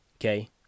Okay